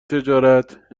تجارت